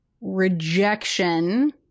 rejection